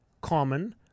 common